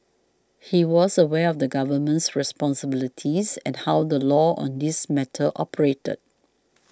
he was aware of the Government's responsibilities and how the law on this matter operated